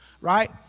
Right